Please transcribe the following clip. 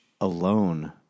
alone